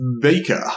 Baker